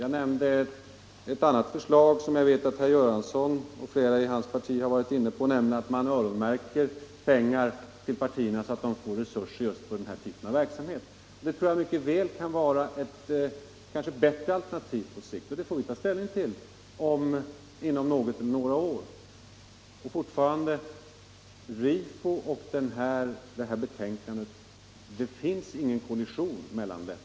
Jag nämnde ett annat förslag som jag vet att herr Göransson och flera i hans parti har varit inne på, nämligen att öronmärka pengar till partierna så att dessa får resurser just för den här typen av verksamhet. Det tror jag mycket väl kan vara ett kanske bättre alternativ på sikt, och det får vi ta ställning till inom något eller några år. Det är fortfarande RIFO och detta betänkande, det finns ingen kollision mellan dessa.